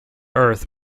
earth